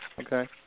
okay